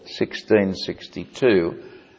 1662